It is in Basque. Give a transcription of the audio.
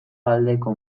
aldeko